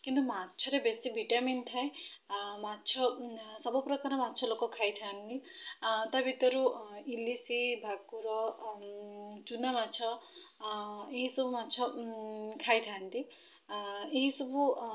କିନ୍ତୁ ମାଛରେ ବେଶୀ ଭିଟାମିନ୍ ଥାଏ ମାଛ ସବୁପ୍ରକାର ମାଛ ଲୋକ ଖାଇଥାନ୍ତି ତା'ଭିତରୁ ଇଲିଶି ଭାକୁର ଚୁନା ମାଛ ଏଇସବୁ ମାଛ ଖାଇଥାନ୍ତି ଏଇସବୁ